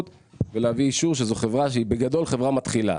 ולהביא אישור שזו חברה שהיא בגדול חברה מתחילה,